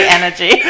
energy